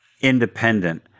independent